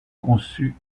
conçu